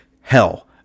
Hell